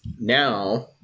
Now